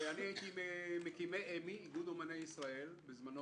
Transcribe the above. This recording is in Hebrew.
אני הייתי ממקימי אמ"י איגוד אומני ישראל בזמנו,